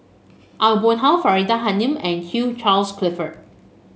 Aw Boon Haw Faridah Hanum and Hugh Charles Clifford